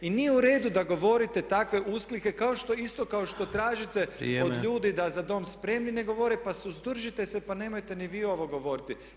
I nije u redu da govorite takve usklike, kao što, isto kao što tražite od ljudi [[Upadica Tepeš: Vrijeme.]] da „za dom spremni“ ne govore, pa suzdržite se, pa nemojte ni vi ovo govoriti.